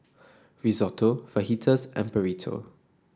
Risotto Fajitas and Burrito